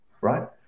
right